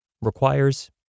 requires